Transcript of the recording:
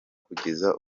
kugeza